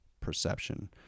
perception